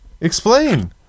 Explain